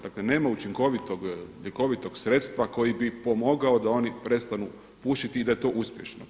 Dakle, nema učinkovitog ljekovitog sredstva koji bi pomogao da oni prestanu pušiti i da je to uspješno.